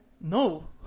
No